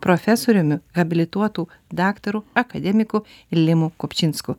profesoriumi habilituotu daktaru akademiku limu kupčinsku